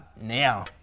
now